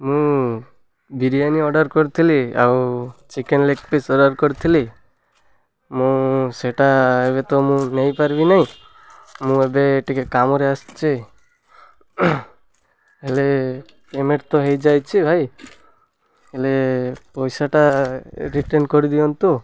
ମୁଁ ବିରିୟାନୀ ଅର୍ଡ଼ର୍ କରିଥିଲି ଆଉ ଚିକେନ ଲେଗ୍ ପିସ୍ ଅର୍ଡ଼ର୍ କରିଥିଲି ମୁଁ ସେଟା ଏବେ ତ ମୁଁ ନେଇପାରିବି ନାହିଁ ମୁଁ ଏବେ ଟିକେ କାମରେ ଆସିଛି ହେଲେ ପେମେଣ୍ଟ ତ ହେଇଯାଇଛିି ଭାଇ ହେଲେ ପଇସାଟା ରିଟର୍ଣ୍ଣ କରିଦିଅନ୍ତୁ